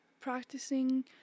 practicing